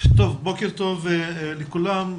בוקר טוב לכולם.